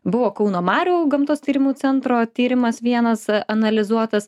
buvo kauno marių gamtos tyrimų centro tyrimas vienas analizuotas